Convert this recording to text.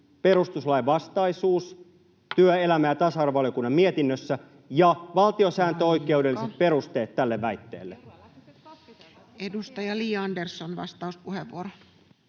koputtaa] työelämä- ja tasa-arvovaliokunnan mietinnössä ja valtiosääntöoikeudelliset perusteet [Puhemies: Aika!] tälle väitteelle. Edustaja Li Andersson, vastauspuheenvuoro.